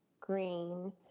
green